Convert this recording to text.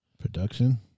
Production